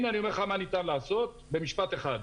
אני אומר לך מה ניתן לעשות במשפט אחד: